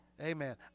Amen